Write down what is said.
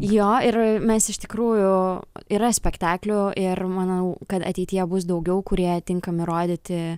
jo ir mes iš tikrųjų yra spektaklių ir manau kad ateityje bus daugiau kurie tinkami rodyti